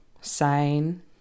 sign